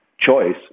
choice